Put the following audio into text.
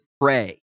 pray